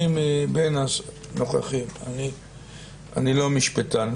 אני מבין הנוכחים, אני לא משפטן.